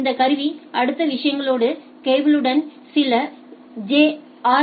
இந்த கருவி அடுத்த விஷயங்களின் கேபிளுடன் சில ஆர்